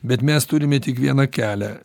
bet mes turime tik vieną kelią